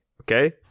Okay